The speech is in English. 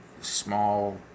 small